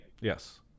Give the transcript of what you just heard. Yes